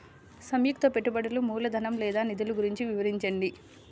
సంయుక్త పెట్టుబడులు మూలధనం లేదా నిధులు గురించి వివరించండి?